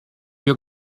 your